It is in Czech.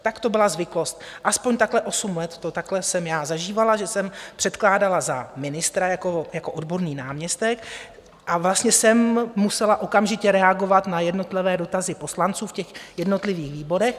Tak to byla zvyklost, aspoň takhle osm let, to takhle jsem já zažívala, že jsem předkládala za ministra jako odborný náměstek, a vlastně jsem musela okamžitě reagovat na jednotlivé dotazy poslanců v jednotlivých výborech.